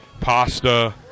pasta